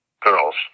girls